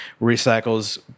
recycles